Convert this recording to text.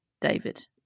David